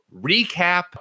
recap